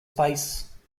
face